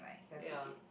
ya